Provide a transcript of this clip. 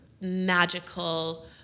magical